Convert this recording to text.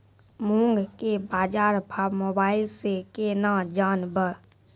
मूंग के बाजार भाव मोबाइल से के ना जान ब?